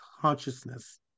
consciousness